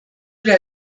der